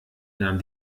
nahm